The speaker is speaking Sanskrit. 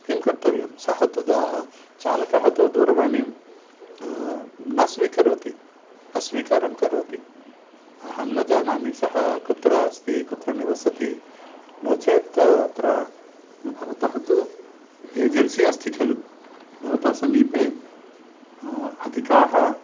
किं कर्तव्यं सः तु चालकः तु दूरवाणीं न स्वीकरोति अस्वीकारं करोति अहं न जानामि सः कुत्र अस्ति कुत्र निवसति नो चेत् अत्र भवतः तु एजन्सि अस्ति खलु भवतः समीपे अधिकाः